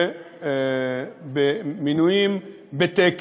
במינויים בתקן.